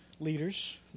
leaders